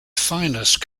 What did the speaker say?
finest